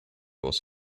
was